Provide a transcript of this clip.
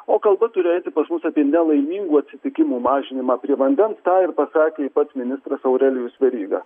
o kalba turi eiti pas mus apie nelaimingų atsitikimų mažinimą prie vandens tą ir pasakė pats ministras aurelijus veryga